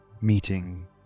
meeting